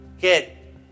get